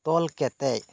ᱛᱚᱞ ᱠᱟᱛᱮᱡ